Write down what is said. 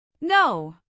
No